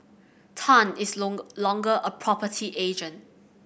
Tan is longer a property agent